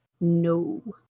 No